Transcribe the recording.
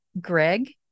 Greg